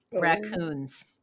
raccoons